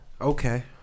Okay